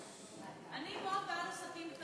אני מאוד בעד עסקים קטנים.